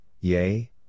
Yea